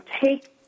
take